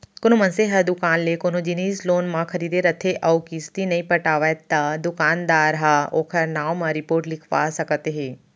कोनो मनसे ह दुकान ले कोनो जिनिस लोन म खरीदे रथे अउ किस्ती नइ पटावय त दुकानदार ह ओखर नांव म रिपोट लिखवा सकत हे